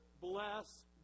bless